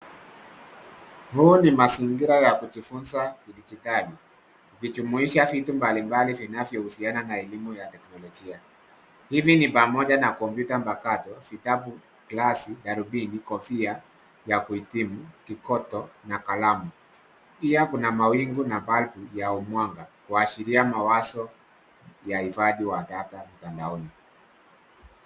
Huu ni mazingira ya kijifunza ya kidijitali ikijumuisha vitu mbalimbali vinavyohusiana na elimu ya teknolojia. Hii ni pamoja na kompyuta mpakato, vitabu, glasi, darubini kofia ya kuhitimu, kikoto na kalamu. Pia kuna mawingu na baadhi ya umwanga kuashiria mawazo ya uhifadhi wa data mtandaoni.